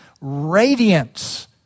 radiance